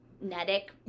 magnetic